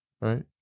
Right